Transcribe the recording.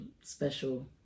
special